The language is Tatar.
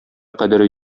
кадере